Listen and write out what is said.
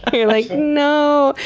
ah you're like, no!